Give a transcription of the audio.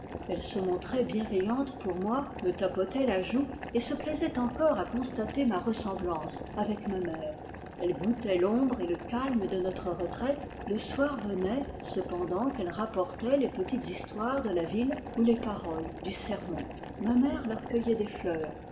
elles se montraient bienveillantes pour moi me tapotaient la joue et se plaisaient encore à constater ma ressemblance avec ma mère elles goûtaient l'ombre et le calme de notre retraite le soir venait cependant qu'elles rapportaient les petites histoires de la ville ou les paroles du sermon ma mère leur cueillait des fleurs